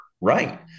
right